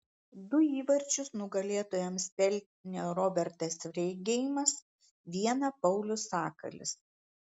du įvarčius nugalėtojams pelnė robertas freidgeimas vieną paulius sakalis